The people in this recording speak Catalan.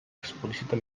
explícita